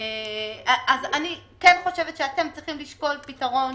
אני חושבת שאתם צריכים לשקול פתרון,